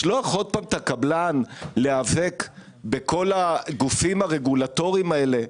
לא לשלוח עוד פעם את הקבלן להיאבק בכל הגופים הרגולטורים האלה.